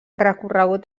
recorregut